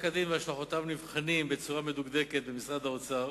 פסק-הדין והשלכותיו נבחנים בצורה מדוקדקת במשרד האוצר